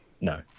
No